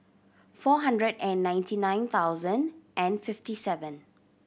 four hundred and ninety nine thousand and fifty seven